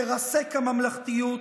מרסק הממלכתיות,